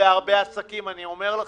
מה עושים איתו?